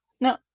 no